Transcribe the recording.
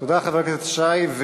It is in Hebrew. תודה, חבר הכנסת שי.